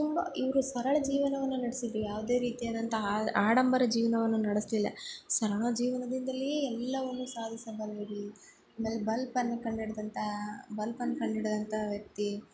ತುಂಬ ಇವರು ಸರಳ ಜೀವನವನ್ನು ನಡೆಸಿದ್ರು ಯಾವುದೇ ರೀತಿಯಾದಂಥ ಆಡಂಬರ ಜೀವನವನ್ನು ನಡೆಸ್ಲಿಲ್ಲ ಸರಳ ಜೀವನದಿಂದಲೇ ಎಲ್ಲವನ್ನೂ ಸಾಧಿಸಬಲ್ಲರು ಆಮೇಲೆ ಬಲ್ಪನ್ನು ಕಂಡಿಡ್ದಂಥ ಬಲ್ಪನ್ನ ಕಂಡಿಡ್ದಂಥ ವ್ಯಕ್ತಿ